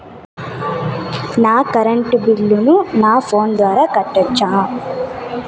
నా కరెంటు బిల్లును నా ఫోను ద్వారా కట్టొచ్చా?